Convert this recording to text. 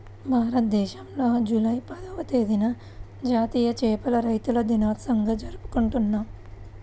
భారతదేశంలో జూలై పదవ తేదీన జాతీయ చేపల రైతుల దినోత్సవంగా జరుపుకుంటున్నాం